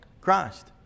Christ